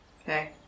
Okay